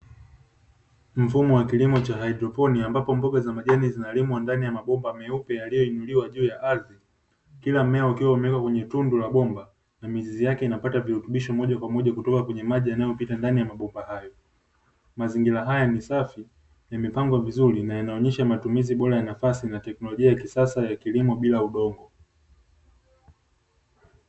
Mfumo wa kilimo cha hydroponi ambapo mboga za majani zinalimwa ndani ya mabomba meupe, yaliyoinuliwa juu ya ardhi kila mmea ukiwa umewekwa kwenye tundu la bomba na mizizi yake inapata virutubisho moja kwa moja kutoka kwenye maji yanayopita ndani ya mabomba hayo, mazingira haya ni safi ni mipango vizuri na inaonyesha matumizi bora ya nafasi na teknolojia ya kisasa ya kilimo bila udongo.